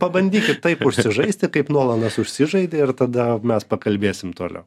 pabandykit taip užsižaisti kaip nuolanas užsižaidė ir tada mes pakalbėsim toliau